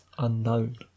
unknown